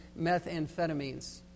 methamphetamines